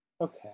Okay